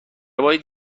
باید